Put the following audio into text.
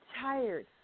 tired